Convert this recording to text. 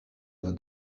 other